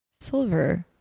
Silver